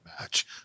match